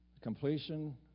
completion